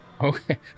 Okay